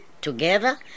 together